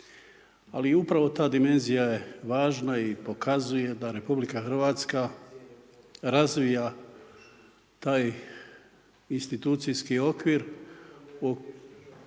Ali i upravo ta dimenzija je važna i pokazuje da RH razvija taj institucijski okvir koji